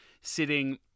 sitting